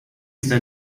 sta